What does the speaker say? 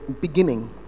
beginning